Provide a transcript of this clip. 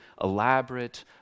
elaborate